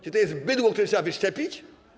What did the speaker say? Czy to jest bydło, które trzeba wyszczepić?